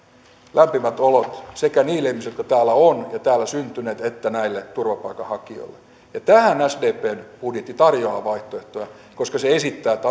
lämpimät olot sekä niille ihmisille jotka täällä ovat ja ovat täällä syntyneet että näille turvapaikanhakijoille tähän sdpn budjetti tarjoaa vaihtoehtoja koska se esittää että